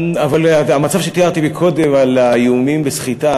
אבל המצב שתיארתי קודם על האיומים בסחיטה